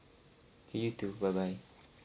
you too bye bye